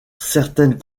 certaines